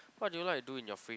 what do you like to do in your free